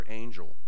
angel